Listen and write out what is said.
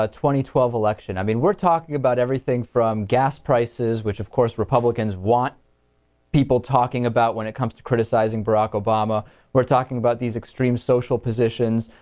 ah twenty twelve election i mean we're talking about everything from gas prices which of course republicans want people talking about when it comes to criticizing brock obama we're talking about these extreme social positions